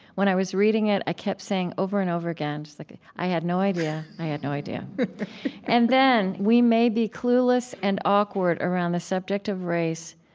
when i was reading it, i kept saying over and over again just like i had no idea. i had no idea and then, we may be clueless and awkward around the subject of race,